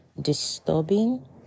disturbing